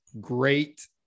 great